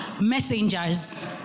messengers